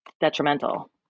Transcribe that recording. detrimental